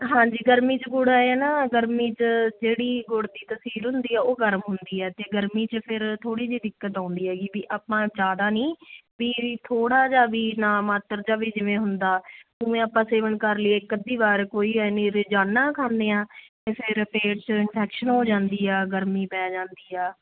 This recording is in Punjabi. ਹਾਂਜੀ ਗਰਮੀ 'ਚ ਗੁੜ ਐਂ ਆ ਨਾ ਗਰਮੀ 'ਚ ਜਿਹੜੀ ਗੁੜ ਦੀ ਤਸੀਰ ਹੁੰਦੀ ਆ ਉਹ ਗਰਮ ਹੁੰਦੀ ਹੈ ਤੇ ਗਰਮੀ 'ਚ ਫਿਰ ਥੋੜੀ ਜਿਹੀ ਦਿੱਕਤ ਆਉਂਦੀ ਹੈਗੀ ਵੀ ਆਪਾਂ ਜਿਆਦਾ ਨਹੀਂ ਵੀ ਥੋੜਾ ਜਿਹਾ ਵੀ ਨਾ ਮਾਤਰ ਜਾਵੇ ਜਿਵੇਂ ਹੁੰਦਾ ਜਿਵੇਂ ਆਪਾਂ ਸੇਵ ਕਰ ਲਈਏ ਅੱਧੀ ਵਾਰ ਕੋਈ ਨੀ ਰੋਜਾਨਾ ਖਾਂਦੇ ਆ ਫਿਰ ਪੇਟ 'ਚ ਇਨਫੈਕਸ਼ਨ ਹੋ ਜਾਂਦੀ ਆ ਗਰਮੀ ਪੈ ਜਾਂਦੀ ਆ